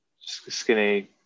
skinny